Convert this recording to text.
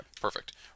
Perfect